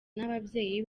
nababyeyi